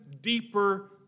deeper